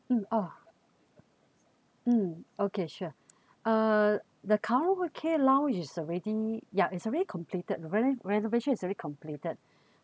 um ah mm okay sure uh the karaoke lounge is already ya it's already completed reservation is already completed